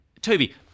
Toby